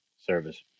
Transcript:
service